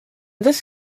this